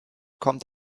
kommt